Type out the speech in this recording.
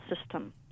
system